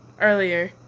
earlier